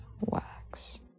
wax